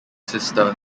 sister